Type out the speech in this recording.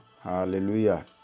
Hallelujah